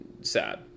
sad